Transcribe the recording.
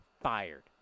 fired